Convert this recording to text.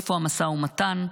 איפה המשא ומתן?